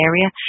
area